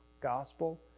gospel